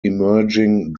emerging